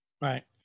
right